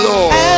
Lord